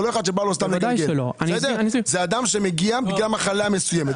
זה אדם שמגיע לבית חולים,